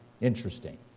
Interesting